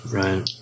right